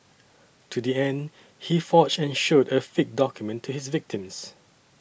to the end he forged and showed a fake document to his victims